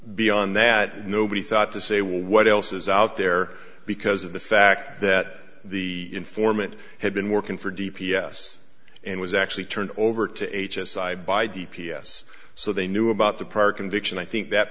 beyond that nobody thought to say well what else is out there because of the fact that the informant had been working for d p s and was actually turned over to his side by d p s so they knew about the prior conviction i think that